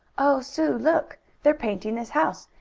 oh, sue, look! they're painting this house,